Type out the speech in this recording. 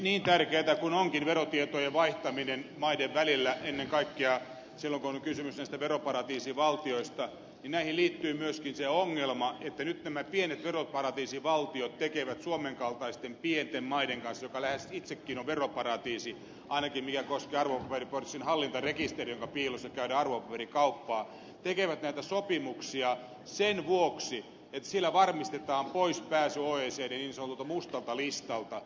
niin tärkeätä kuin onkin verotietojen vaihtaminen maiden välillä ennen kaikkea silloin kun on kysymys näistä veroparatiisivaltioista niin näihin liittyy myöskin se ongelma että nyt nämä pienet veroparatiisivaltiot tekevät suomen kaltaisten pienten maiden kanssa joka lähes itsekin on veroparatiisi ainakin mitä tulee arvopaperipörssin hallintarekisteriin jonka piilossa käydään arvopaperikauppaa näitä sopimuksia sen vuoksi että sillä varmistetaan poispääsy niin sanotulta oecdn mustalta listalta